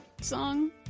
song